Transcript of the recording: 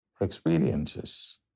experiences